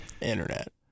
Internet